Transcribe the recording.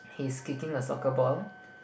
he's kicking the soccer ball